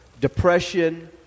depression